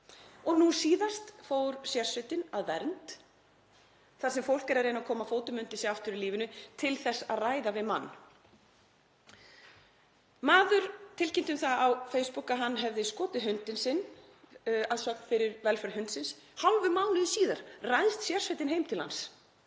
Og nú síðast fór sérsveitin að Vernd, þar sem fólk er að reyna að koma fótum undir sig aftur í lífinu, til þess að ræða við mann. Maður tilkynnti um það á Facebook að hann hefði skotið hundinn sinn, að sögn fyrir velferð hundsins, og hálfum mánuði síðar ræðst sérsveitin heim til hans